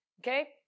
Okay